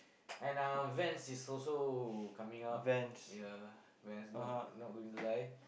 and um Vans is also coming up ya Vans not not going to lie